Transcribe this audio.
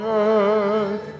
earth